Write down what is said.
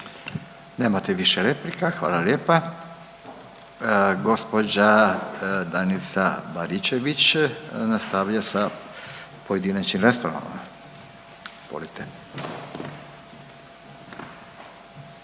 Nemate više replika. Hvala lijepa. Gospođa Danica Baričević nastavlja sa pojedinačnim raspravama.